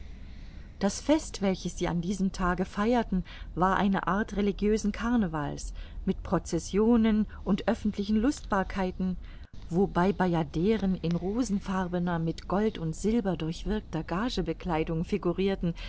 das fest welches sie an diesem tage feierten war eine art religiösen carnevals mit processionen und öffentlichen lustbarkeiten wobei bajaderen in rosenfarbener mit gold und silber durchwirkter gazebekleidung